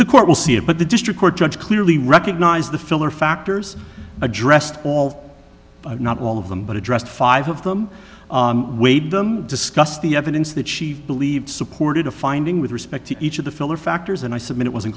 the court will see it but the district court judge clearly recognized the filler factors addressed all not all of them but addressed five of them weighed them discuss the evidence that she believed supported a finding with respect to each of the filler factors and i submit it wasn't